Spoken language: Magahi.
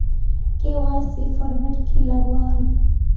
के.वाई.सी फॉर्मेट की लगावल?